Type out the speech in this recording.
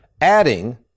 adding